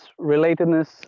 relatedness